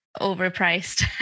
overpriced